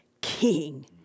king